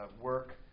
work